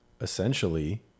essentially